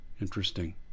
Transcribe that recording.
Interesting